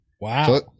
Wow